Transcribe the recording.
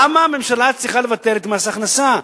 למה הממשלה צריכה לבטל את מס ההכנסה?